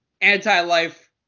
anti-life